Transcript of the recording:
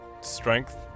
strength